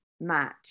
match